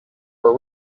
her